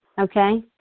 Okay